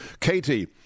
Katie